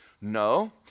No